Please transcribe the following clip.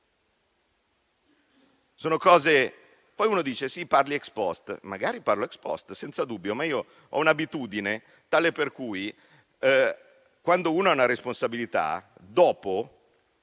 Poi uno dice: sì, parli *ex post*. Magari parlo *ex post*, senza dubbio; ma io ho un'abitudine tale per cui, quando uno ha una responsabilità, dopo,